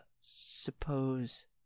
suppose